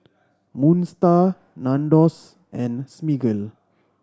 Moon Star Nandos and Smiggle